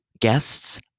Guests